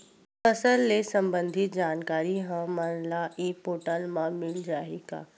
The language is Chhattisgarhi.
फसल ले सम्बंधित जानकारी हमन ल ई पोर्टल म मिल जाही का?